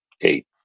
eight